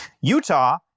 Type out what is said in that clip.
Utah